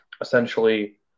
essentially